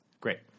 Great